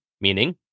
meaning